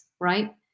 right